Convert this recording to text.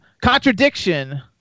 contradiction